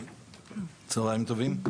צוהריים טובים.